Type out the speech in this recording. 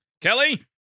Kelly